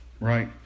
right